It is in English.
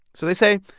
so they say,